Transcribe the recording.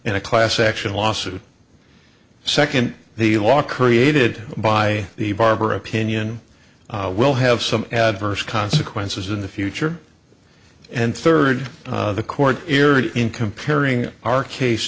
in a class action lawsuit second the law created by the barber opinion will have some adverse consequences in the future and third the court here in comparing our case